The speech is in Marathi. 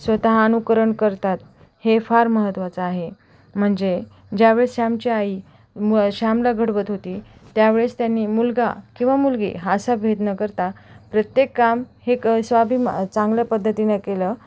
स्वतः अनुकरण करतात हे फार महत्त्वाचं आहे म्हणजे ज्या वेळेस श्यामची आई श्यामला घडवत होती त्या वेळेस त्यांनी मुलगा किंवा मुलगी असा भेद न करता प्रत्येक काम हे क स्वाभि चांगल्या पद्धतीने केलं